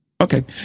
Okay